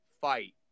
fight